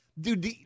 Dude